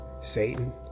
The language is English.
Satan